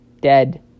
Dead